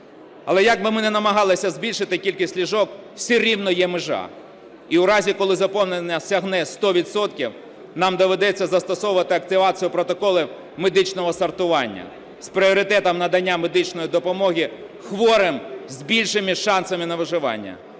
Але як би ми не намагались збільшити кількість ліжок, все рівно є межа. І у разі, коли заповнення сягне 100 відсотків, нам доведеться застосовувати активацію протоколів медичного сортування з пріоритетом надання медичної допомоги хворим з більшими шансами на виживання.